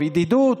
ידידות?